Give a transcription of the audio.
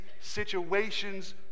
situations